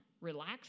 relax